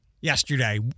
yesterday